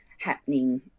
happening